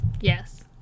yes